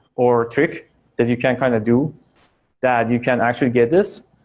or trick that you can kind of do that you can actually get this,